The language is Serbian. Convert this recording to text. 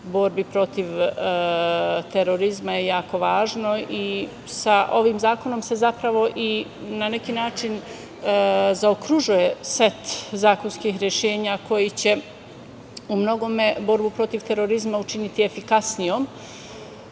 borbi protiv terorizma je jako važno. Sa ovim zakonom se na neki način zaokružuje set zakonskih rešenja koji će u mnogome borbu protiv terorizma učiniti efikasnijom,